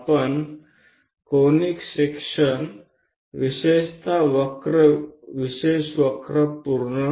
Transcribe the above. આપણે conic sections ખાસ કરીને ખાસ વક્રો આવરી રહ્યા છીએ